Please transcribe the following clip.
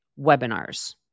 webinars